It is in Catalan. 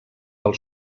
del